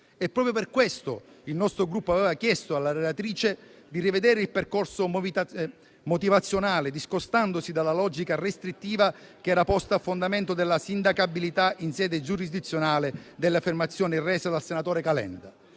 Proprio per questo il nostro Gruppo aveva chiesto alla relatrice di rivedere il percorso motivazionale, discostandosi dalla logica restrittiva che era posta a fondamento della sindacabilità in sede giurisdizionale delle affermazioni rese dal senatore Calenda.